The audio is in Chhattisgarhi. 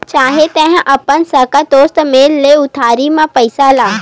चाहे तेंहा अपन सगा सोदर मेरन ले उधारी म पइसा ला